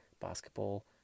basketball